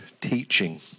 teaching